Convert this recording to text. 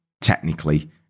technically